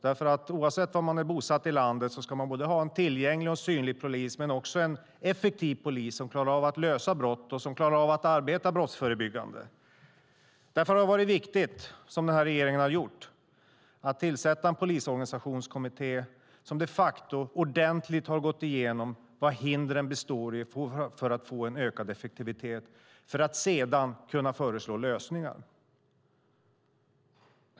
Oavsett var i landet man är bosatt ska man ha en tillgänglig och synlig men också effektiv polis som klarar av att lösa brott och arbeta brottsförebyggande. Därför har det varit viktigt att den här regeringen tillsatt en polisorganisationskommitté som de facto ordentligt har gått igenom vad hindren består i för att få en ökad effektivitet och sedan kunna föreslå lösningar.